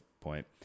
point